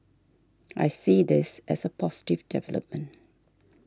I see this as a positive development